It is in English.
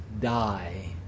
die